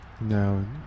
No